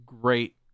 great